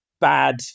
bad